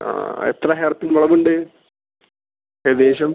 ആ എത്ര hairpin വളവുണ്ട് ഏകദേശം